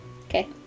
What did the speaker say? Okay